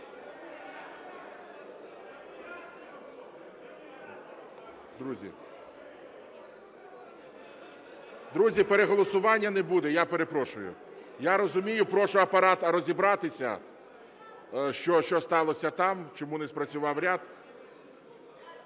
Друзі, переголосування не буде, я перепрошую. Я розумію, прошу Апарат розібратися, що сталося там, чому не спрацював ряд.